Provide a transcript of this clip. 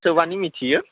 सोंबानो मिनथियो